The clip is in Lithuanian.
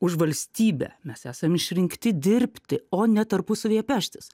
už valstybę mes esam išrinkti dirbti o ne tarpusavyje peštis